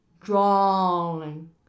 drawing